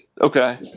okay